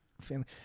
family